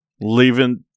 leaving